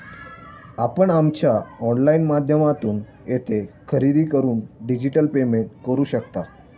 आपण आमच्या ऑनलाइन माध्यमातून येथे खरेदी करून डिजिटल पेमेंट करू शकता